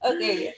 Okay